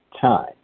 time